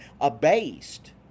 abased